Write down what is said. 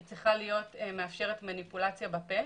היא צריכה לאפשר מניפולציה בפה,